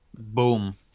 Boom